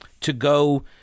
to-go